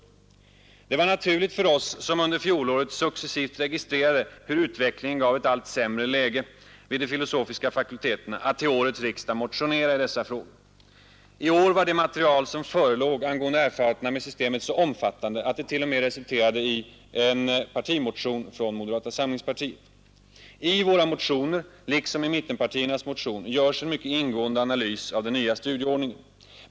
Det var naturligt för oss som under fjolåret successivt registrerade hur utvecklingen gav ett allt sämre läge vid de filosofiska fakulteterna att till årets riksdag motionera i dessa frågor. I år var det material som förelåg angående erfarenheterna med systemet så omfattande att det t.o.m. resulterade i en partimotion från moderata samlingspartiet. I våra motioner, liksom i mittenpartiernas motion, görs en mycket ingående analys av den nya studieordningen.